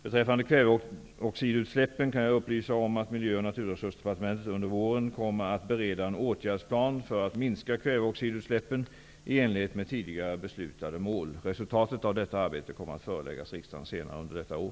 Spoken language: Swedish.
Beträffande kväveoxidutsläppen kan jag upplysa om att Miljö och naturresursdepartementet under våren kommer att bereda en åtgärdsplan för att minska dessa i enlighet med tidigare beslutade mål. Resultatet av detta arbete kommer att föreläggas riksdagen senare under detta år.